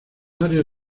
áreas